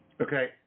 okay